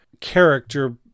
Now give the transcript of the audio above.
character